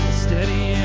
steady